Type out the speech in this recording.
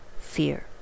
fear